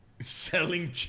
Selling